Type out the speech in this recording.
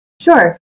Sure